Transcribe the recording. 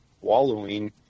wallowing